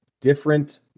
different